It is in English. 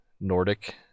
Nordic